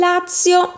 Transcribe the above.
Lazio